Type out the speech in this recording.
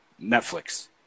Netflix